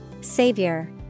Savior